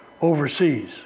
overseas